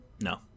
No